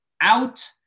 out